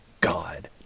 God